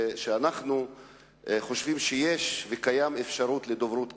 ואנחנו חושבים שיש אפשרות לדוברות כזאת.